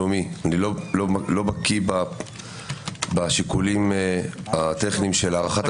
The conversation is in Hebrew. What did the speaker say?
בקיא בשיקולים הטכניים של הארכת התשובות,